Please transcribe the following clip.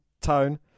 tone